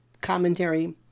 commentary